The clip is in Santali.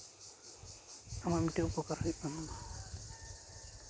ᱟᱢᱟᱜ ᱢᱤᱫᱴᱮᱱ ᱩᱯᱚᱠᱟᱨ ᱦᱩᱭᱩᱜ ᱠᱟᱱ ᱛᱟᱢᱟ